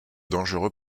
dangereux